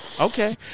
okay